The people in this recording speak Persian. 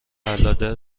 قلاده